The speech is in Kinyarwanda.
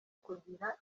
kugira